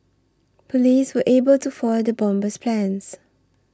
police were able to foil the bomber's plans